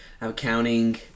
accounting